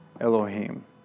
Elohim